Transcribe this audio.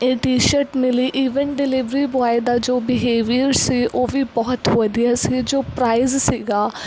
ਇਹ T shirt ਮਿਲੀ even delivery boy ਦਾ ਜੋ ਬੀਹੇਵੀਅਰ ਸੀ ਉਹ ਵੀ ਬਹੁਤ ਵਧੀਆ ਸੀ ਜੋ ਪ੍ਰਾਈਜ ਸੀਗਾ